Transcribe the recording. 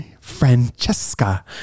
Francesca